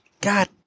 god